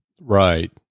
Right